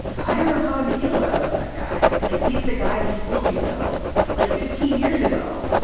i don't know how i'd feel if i was that guy. like, he's the guy who told you so like fifteen years ago.